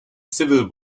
civil